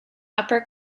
upper